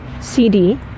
CD